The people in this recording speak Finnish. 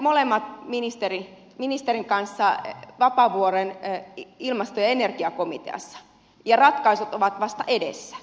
me istumme ministerin kanssa molemmat vapaavuoren ilmasto ja energiakomiteassa ja ratkaisut ovat vasta edessä